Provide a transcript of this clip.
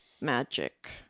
magic